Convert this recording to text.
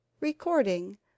Recording